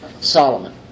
Solomon